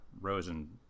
Rosen